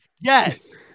Yes